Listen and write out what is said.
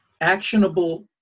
actionable